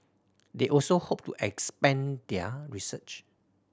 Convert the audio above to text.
they also hope to expand their research